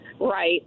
Right